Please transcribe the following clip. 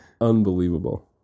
Unbelievable